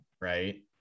right